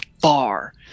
far